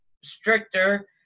stricter